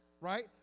right